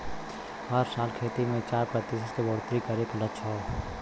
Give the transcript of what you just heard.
हर साल खेती मे चार प्रतिशत के बढ़ोतरी करे के लक्ष्य हौ